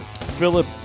Philip